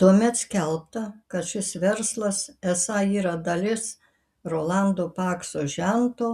tuomet skelbta kad šis verslas esą yra dalis rolando pakso žento